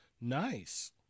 Nice